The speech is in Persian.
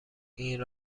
این